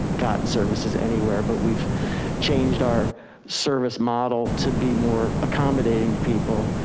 gotten services anywhere, but we've changed our service model to be more accommodating to people,